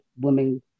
women